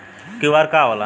QR का होला?